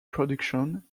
production